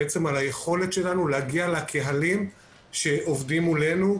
היכולת שלנו להגיע לקהלים שעובדים מולנו,